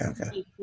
okay